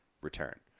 return